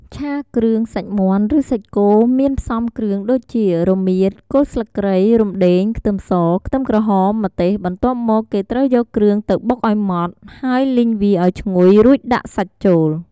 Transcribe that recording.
ឆាគ្រឿងសាច់មាន់ ឬសាច់គោ មានផ្សំគ្រឿងដូចជា រមៀត គល់ស្លឹកគ្រៃ រំដេង ខ្ទឹមស ខ្ទឹមក្រហម ម្ទេស បន្ទាប់មកគេត្រូវយកគ្រឿងទៅបុកឱ្យម៉ដ្ត ហើយលីងវាឱ្យឈ្ងុយ រួចដាក់សាច់ចូល។